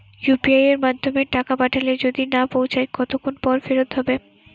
UPI য়ের মাধ্যমে টাকা পাঠালে যদি না পৌছায় কতক্ষন পর ফেরত হবে?